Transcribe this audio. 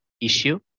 issue